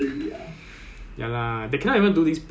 actually why not we do this then we suggest ah suggest